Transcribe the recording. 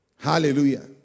Hallelujah